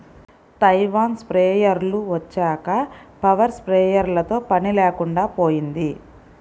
Taiwan స్ప్రేయర్లు వచ్చాక power స్ప్రేయర్లతో పని లేకుండా పోయింది